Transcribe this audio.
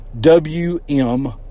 WM